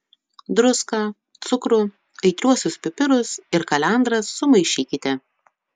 druską cukrų aitriuosius pipirus ir kalendras sumaišykite